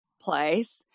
place